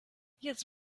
jetzt